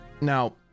Now